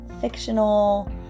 fictional